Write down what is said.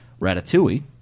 Ratatouille